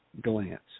Glance